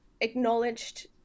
acknowledged